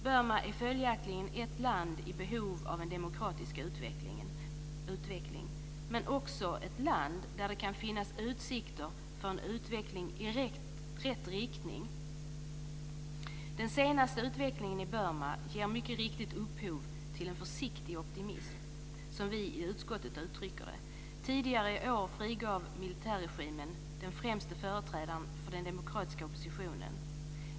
Burma är följaktligen ett land i behov av en demokratisk utveckling men också ett land där det kan finnas utsikter för en utveckling i rätt riktning. Den senaste utvecklingen i Burma ger mycket riktigt upphov till en försiktig optimism, som vi i utskottet uttrycker det. Tidigare i år frigav militärregimen den främste företrädaren för den demokratiska oppositionen.